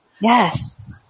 Yes